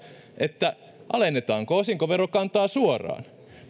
että alennetaan osinkoverokantaa suoraan